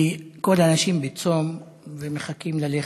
כי כל האנשים בצום ומחכים ללכת,